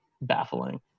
baffling